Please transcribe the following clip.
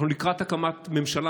אנחנו לקראת הקמת ממשלה,